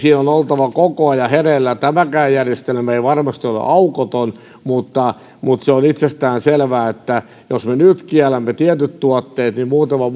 siinä on oltava koko ajan hereillä tämäkään järjestelmä ei varmasti ole aukoton mutta mutta se on itsestäänselvää että jos me nyt kiellämme tietyt tuotteet niin muutaman